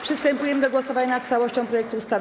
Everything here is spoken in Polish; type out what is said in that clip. Przystępujemy do głosowania nad całością projektu ustawy.